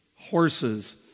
Horses